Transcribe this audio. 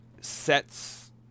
Sets